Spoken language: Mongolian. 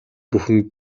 бүхэн